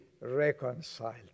reconciled